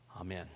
Amen